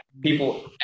people